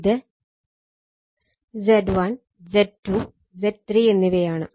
ഇത് Z1 Z2 Z3 എന്നിവയാണ്